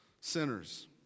sinners